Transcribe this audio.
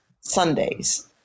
Sundays